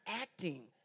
acting